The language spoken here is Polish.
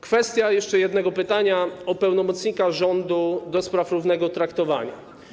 Kwestia jeszcze jednego pytania - o pełnomocnika rządu ds. równego traktowania.